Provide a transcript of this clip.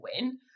win